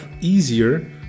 easier